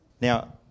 Now